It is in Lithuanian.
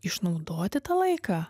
išnaudoti tą laiką